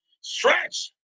Stretch